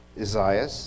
Isaiah